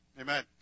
Amen